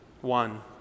One